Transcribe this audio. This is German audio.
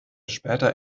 später